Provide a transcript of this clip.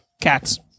cat's